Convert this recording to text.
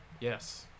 Yes